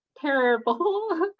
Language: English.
terrible